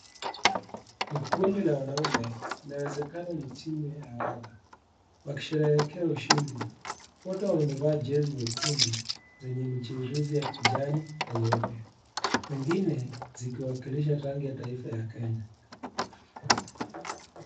Ni kundi la wanaume inawezekana ni timu ya raga wakisheherekea ushindi, wote wamevaa jezi nyekundu zenye michirizi ya kijani na nyeupe pengine zikiwakilishi rangi ya taifa ya Kenya.